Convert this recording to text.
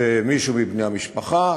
שמישהו מבני המשפחה,